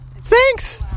Thanks